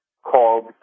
called